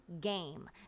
game